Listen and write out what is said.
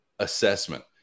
assessment